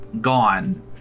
gone